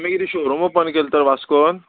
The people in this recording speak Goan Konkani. तुमी किदें शोरूम ओपन केल तर वास्कोन